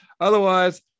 Otherwise